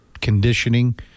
conditioning